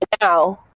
Now